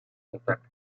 contact